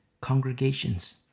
congregations